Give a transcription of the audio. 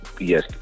Yes